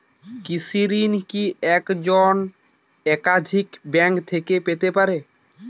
কৃষিঋণ কি একজন একাধিক ব্যাঙ্ক থেকে পেতে পারে?